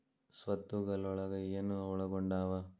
ಸ್ವತ್ತುಗಲೊಳಗ ಏನು ಒಳಗೊಂಡಾವ?